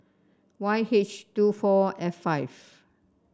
Y H two four F five